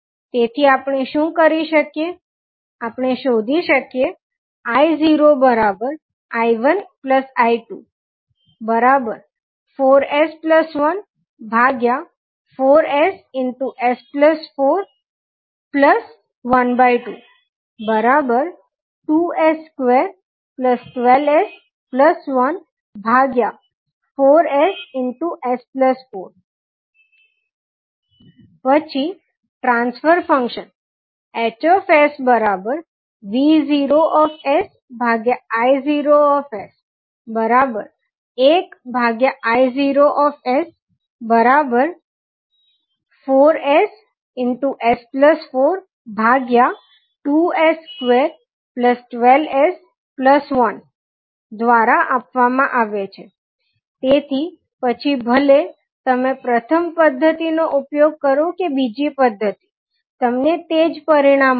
તેથી આપણે શું કરી શકીએ આપણે શોધી શકીએ 𝐼0 𝐼1 𝐼2 4S14SS412 2S212S14SS4 પછી ટ્રાન્સફર ફંક્શન HsV0I01I04ss42s212s1 દ્વારા આપવામાં આવે છે તેથી પછી ભલે તમે પ્રથમ પદ્ધતિનો ઉપયોગ કરો કે બીજી પદ્ધતિ તમને તે જ પરિણામ મળશે